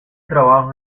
trabajo